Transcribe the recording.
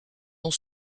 ont